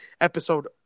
episode